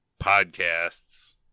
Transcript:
podcasts